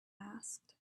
asked